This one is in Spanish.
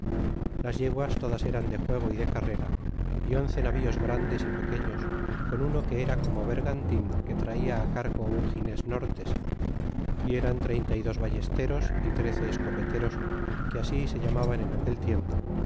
las yeguas todas eran de juego y de carrera e once navíos grandes é pequeños con uno que era como vergantin que traia cargo un ginés nortes y eran treinta y dos ballesteros y trece escopeteros que así se llamaban en aquel tiempo